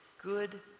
good